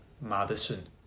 Madison